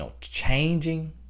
changing